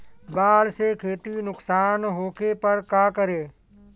बाढ़ से खेती नुकसान होखे पर का करे?